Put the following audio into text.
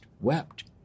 wept